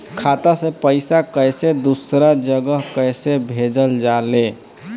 खाता से पैसा कैसे दूसरा जगह कैसे भेजल जा ले?